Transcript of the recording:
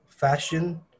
fashion